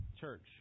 church